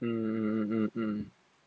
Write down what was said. mmhmm mmhmm